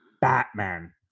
Batman